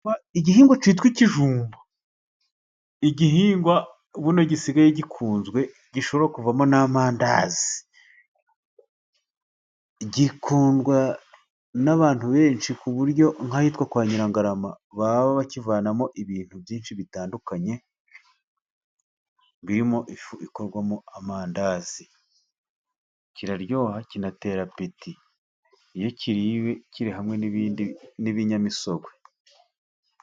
Igihingwa cyitwa ikijumba, igihingwa ubu gisigaye gikunzwe gishobora kuvamo n'amandazi. Gikundwa n'abantu benshi ku buryo nk'ahitwa kwa Nyirangarama baba bakivanamo ibintu byinshi bitandukanye birimo ifu, ikorwamo amandazi. Kiraryoha kinatera peti iyo kiriwe kiri hamwe n'ibindi n'ibinyamisogwe.